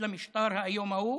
להתנגד למשטר האיום ההוא